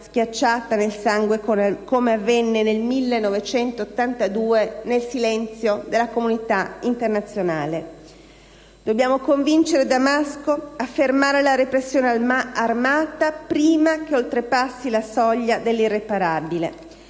schiacciata nel sangue come avvenne nel 1982 nel silenzio della comunità internazionale. Dobbiamo convincere Damasco a fermare la repressione armata, prima che oltrepassi la soglia dell'irreparabile.